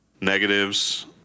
negatives